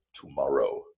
tomorrow